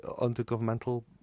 under-governmental